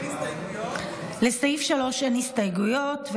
לסעיף 3 אין הסתייגויות,